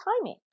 timing